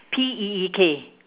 P E E K